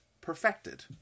perfected